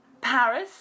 Paris